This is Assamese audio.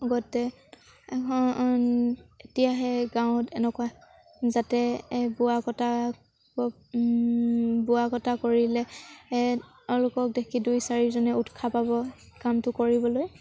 আগতে এতিয়াহে গাঁৱত এনেকুৱা যাতে বোৱা কটা বোৱা কটা কৰিলে তেওঁলোকক দেখি দুই চাৰিজনে উৎসাহ পাব কামটো কৰিবলৈ